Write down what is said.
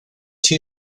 two